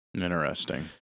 interesting